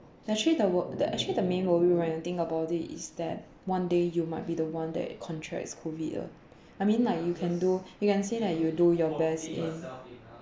actually the wo~ that actually the main worry when I think about it is that one day you might be the one that contracts COVID ah I mean like you can do you can say that you'll do your best in